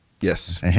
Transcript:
yes